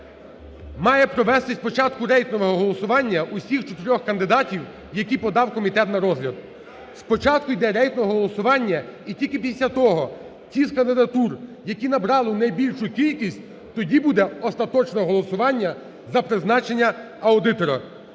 має провестись спочатку рейтингове голосування усіх чотирьох кандидатів, які подав комітет на розгляд. Спочатку йде рейтингове голосування і тільки після того ті з кандидатур, які набрали найбільшу кількість, тоді буде остаточне голосування за призначення аудитора.